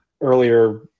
earlier